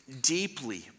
deeply